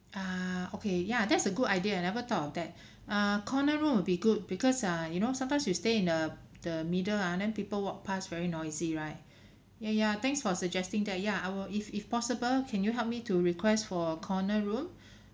ah okay ya that's a good idea I never thought of that err corner room will be good because uh you know sometimes we stay in uh the middle ah then people walk pass very noisy right yeah yeah thanks for suggesting that ya I will if if possible can you help me to request for a corner room